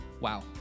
Wow